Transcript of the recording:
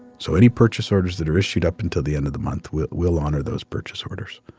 so any purchase orders that are issued up until the end of the month, we'll we'll honor those purchase orders